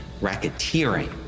racketeering